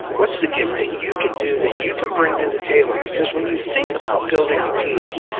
what's the gift that you can do that you can bring to the table? because when you think about building a team,